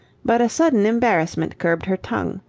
but a sudden embarrassment curbed her tongue.